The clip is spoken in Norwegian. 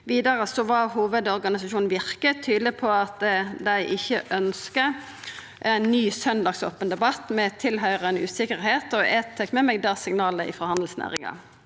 Vidare var hovudorganisasjonen Virke tydeleg på at dei ikkje ønskjer ein ny søndagsopen-debatt med tilhøyrande usikkerheit, og eg tar med meg det signalet frå handelsnæringa.